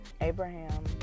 Abraham